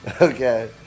Okay